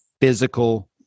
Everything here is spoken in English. physical